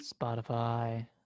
spotify